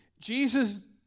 Jesus